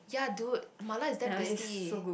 ya dude mala is damn tasty